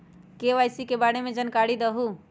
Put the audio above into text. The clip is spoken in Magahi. के.वाई.सी के बारे में जानकारी दहु?